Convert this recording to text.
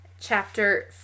Chapter